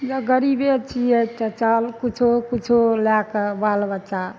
जब गरीबे छियै तऽ चल कुछो कुछो लए कऽ बाल बच्चा